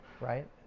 right